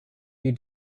you